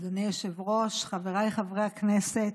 אדוני היושב-ראש, חבריי חברי הכנסת,